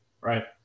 Right